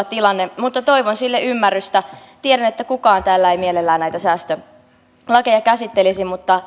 tilanne mutta toivon sille ymmärrystä tiedän että kukaan täällä ei mielellään näitä säästölakeja käsittelisi mutta